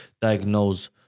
diagnose